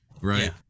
Right